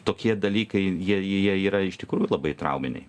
tokie dalykai jie jie yra iš tikrųjų labai trauminiai